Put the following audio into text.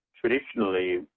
traditionally